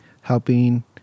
helping